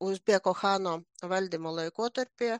uzbeko chano valdymo laikotarpyje